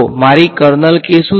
મારી kernel K શું છે